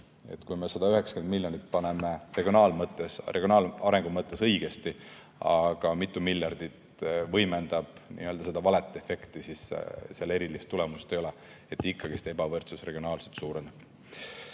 kui me 190 miljonit paneme regionaalarengu mõttes õigesti, aga mitu miljardit võimendab n-ö valeefekti, siis seal erilist tulemust ei ole ja ikkagi ebavõrdsus regionaalselt suureneb.